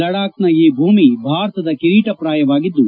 ಲದ್ಗಾಖ್ನ ಈ ಭೂಮಿ ಭಾರತದ ಕಿರೀಟಪ್ರಾಯವಾಗಿದ್ದು